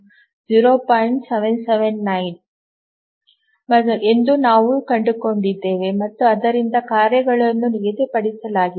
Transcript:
779 ಎಂದು ನಾವು ಕಂಡುಕೊಂಡಿದ್ದೇವೆ ಮತ್ತು ಆದ್ದರಿಂದ ಕಾರ್ಯಗಳನ್ನು ನಿಗದಿಪಡಿಸಲಾಗಿದೆ